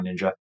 ninja